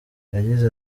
yagize